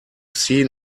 seen